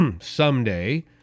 someday